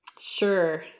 Sure